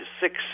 six